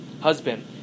husband